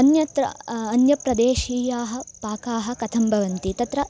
अन्यत्र अन्यप्रदेशीयाः पाकाः कथं भवन्ति तत्र